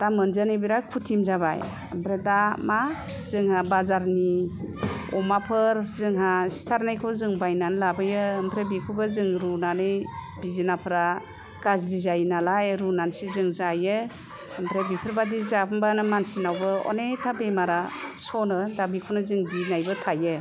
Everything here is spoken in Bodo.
दा मोनजानो बिराथ कठिन जाबाय ओमफ्राय दा मा जोंहा बाजारनि अमाफोर जोंहा सिथारनायखौ जों बायनानै लाबोयो ओमफ्राय बिखौबो जोङो रुनानै बिजोनाफ्रा गाज्रि जायो नालाय रुनानैसो जों जायो ओमफ्राय बेफोरबादिनो जाब्लाबो मानसिनावबो अनेकथा बेरामा सनो दा बेखौनो जों गिनायबो थायो